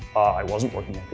i wasn't working